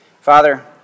Father